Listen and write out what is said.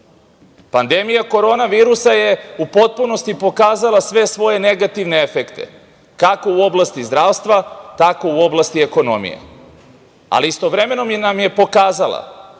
periodu. Pandemija korona virusa je u potpunosti pokazala sve svoje negativne efekte, kako u oblasti zdravstva, tako i u oblasti ekonomije. Ali, istovremeno nam je pokazala